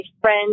friend's